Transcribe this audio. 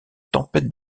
tempête